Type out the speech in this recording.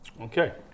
Okay